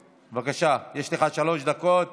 בבקשה, יש לך שלוש דקות